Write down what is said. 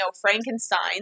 Frankenstein